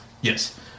Yes